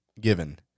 given